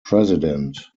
president